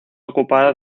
ocupada